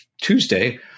Tuesday